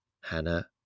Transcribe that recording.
Hannah